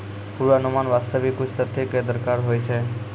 पुर्वानुमान वास्ते भी कुछ तथ्य कॅ दरकार होय छै